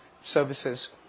services